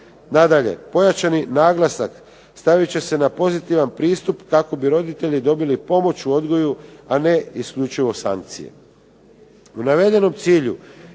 Nadalje, pojačani naglasak stavit će se na pozitivan pristup kako bi roditelji dobili pomoć u odgoju, a ne isključivo sankcije.